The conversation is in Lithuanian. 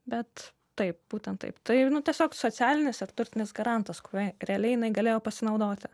bet taip būtent taip tai tiesiog socialinis ir turtinis garantas kuriuo realiai jinai galėjo pasinaudoti